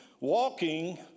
walking